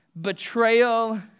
betrayal